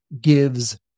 gives